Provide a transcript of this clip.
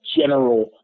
general